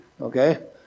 Okay